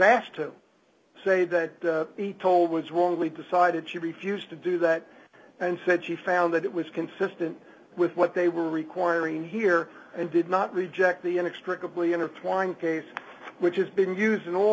asked to say that the toll was wrongly decided she refused to do that and said she found that it was consistent with what they were requiring here and did not reject the inextricably intertwined case which is being used in all